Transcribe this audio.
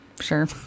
sure